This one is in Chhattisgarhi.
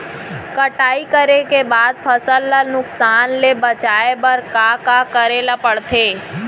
कटाई करे के बाद फसल ल नुकसान ले बचाये बर का का करे ल पड़थे?